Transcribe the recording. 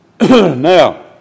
now